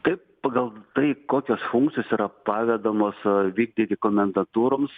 tai pagal tai kokios funkcijos yra pavedamos vykdyti komendantūroms